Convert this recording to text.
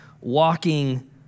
walking